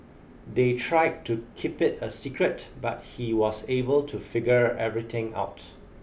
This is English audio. they tried to keep it a secret but he was able to figure everything out